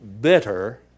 bitter